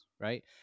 right